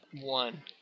one